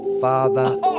father